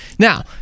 Now